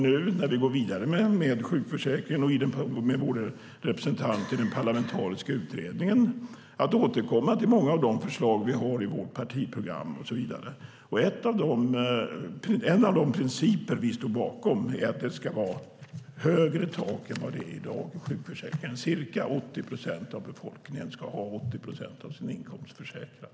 När vi går vidare med sjukförsäkringen kommer vi i Folkpartiet att genom våra representanter i den parlamentariska utredningen återkomma till många av de förslag som vi har i vårt partiprogram och så vidare. En av de principer som vi står bakom är att det ska vara högre tak än som är fallet i dag i sjukförsäkringen. Ca 80 procent av befolkningen ska ha 80 procent av sin inkomst försäkrad.